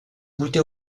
goûter